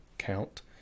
count